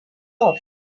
off